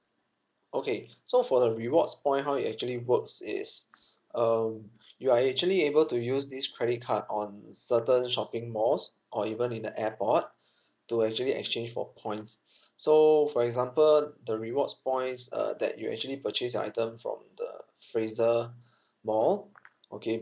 okay so for the rewards point how it actually works is um you are actually able to use this credit card on certain shopping malls or even in the airport to actually exchange for points so for example the rewards points uh that you actually purchase your item from the fraser mall okay